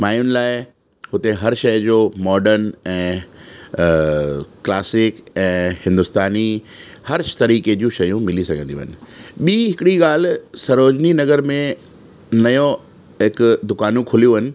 मायुनि लाइ हुते हर शइ जो मोडन ऐं क्लासिक ऐं हिंदुस्तानी हर तरीक़े जूं शयूं मिली सघंदियूं आहिनि ॿीं हिकिड़ी ॻाल्हि सरोजनी नगर में नओं हिकु दुकानूं खुलियूं आहिनि